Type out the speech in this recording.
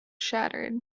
shattered